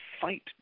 fight